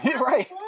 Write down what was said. Right